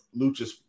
Luchas